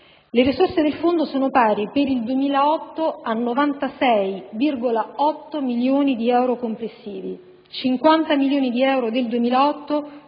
Le risorse del suddetto Fondo sono pari, per il 2008, a 96,8 milioni di euro complessivi (50 milioni di euro del 2008